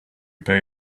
pay